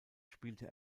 spielte